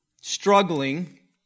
struggling